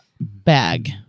bag